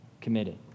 committed